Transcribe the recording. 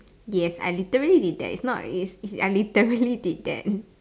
yes I literally did that it's not is is I literally did that